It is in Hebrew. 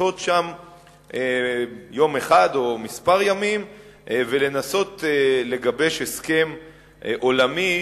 לשהות שם יום אחד או כמה ימים ולנסות לגבש הסכם עולמי